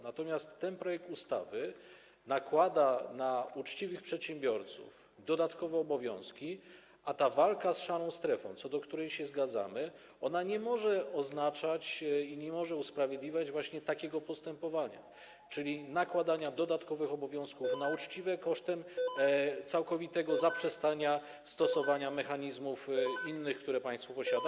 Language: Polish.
Natomiast ten projekt ustawy nakłada na uczciwych przedsiębiorców dodatkowe obowiązki, a ta walka z szarą strefą, co do której się zgadzamy, nie może oznaczać i nie może usprawiedliwiać właśnie takiego postępowania, czyli nakładania dodatkowych obowiązków na uczciwych kosztem całkowitego zaprzestania stosowania innych mechanizmów, które państwo posiada.